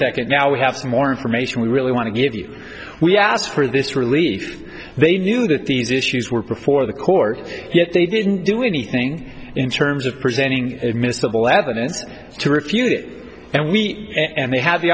second now we have some more information we really want to give you we asked for this relief they knew that these issues were before the court yet they didn't do anything in terms of presenting admissible evidence to refute it and we and they have the